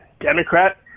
Democrat